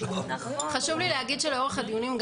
חשוב לי להגיד שלאורך הדיונים,